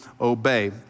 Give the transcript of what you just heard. obey